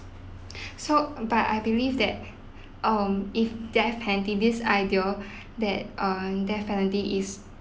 so but I believe that um if death penalty this idea that err death penalty is